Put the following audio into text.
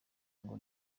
ngo